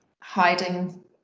hiding